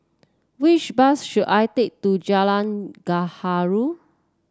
which bus should I take to Jalan Gaharu